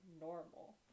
normal